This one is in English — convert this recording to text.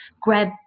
grab